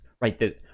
right